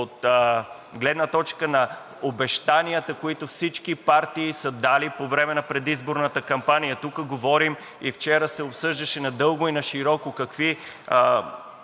от гледна точка на обещанията, които всички партии са дали по време на предизборната кампания. Вчера се обсъждаше надълго и нашироко какви